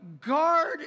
guard